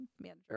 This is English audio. manager